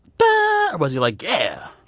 buh, or was he like, yeah?